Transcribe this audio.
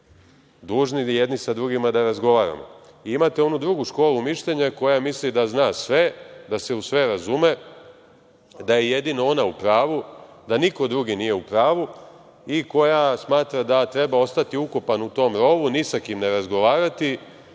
dužni jedni sa drugima da razgovaramo. Imate onu drugu školu mišljenja koja misli da zna sve, da se u sve razume, da je jedino ona u pravu, da niko drugi nije u pravu i koja smatra da treba ostati ukopan u tom rovu, ni sa kim ne razgovarati,